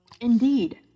Indeed